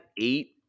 eight